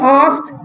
asked